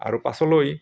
আৰু পাছলৈ